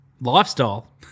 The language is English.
Lifestyle